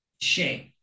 Shape